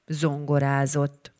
zongorázott